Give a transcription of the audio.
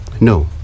No